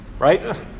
right